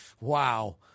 Wow